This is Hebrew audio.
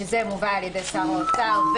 שזה מובא על ידי שר האוצר,